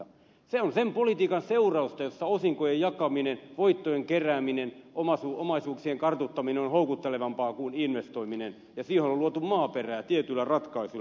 se on sen politiikan seurausta jossa osinkojen jakaminen voittojen kerääminen omaisuuksien kartuttaminen on houkuttelevampaa kuin investoiminen ja siihen on luotu maaperää tietyillä ratkaisuilla